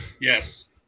Yes